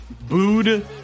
booed